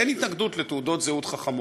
אין התנגדות לתעודות זהות חכמות,